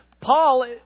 Paul